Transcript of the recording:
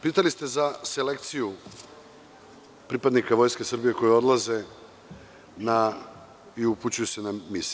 Pitali ste za selekciju pripadnika Vojske Srbije koji odlaze i upućuju se na misije.